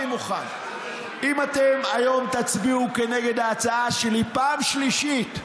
אם היום תצביעו נגד ההצעה שלי פעם שלישית,